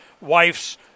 wife's